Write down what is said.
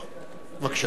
בבקשה.